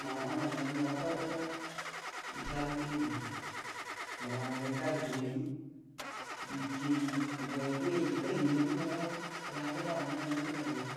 Nama nga nol nya dine kwata-kwata yamu dingə luman gəre gagə luguwai ju di ki yaija kumbuwaure guya jikə hinjarə ngəndə kwata-kwata kəne halla jaban yau ngə nakamiyalai nya